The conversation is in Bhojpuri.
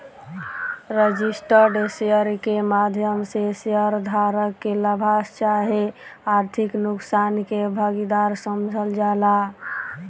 रजिस्टर्ड शेयर के माध्यम से शेयर धारक के लाभांश चाहे आर्थिक नुकसान के भागीदार समझल जाला